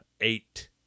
eight